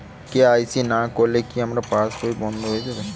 KYC না করলে কি আমার পাশ বই বন্ধ হয়ে যাবে?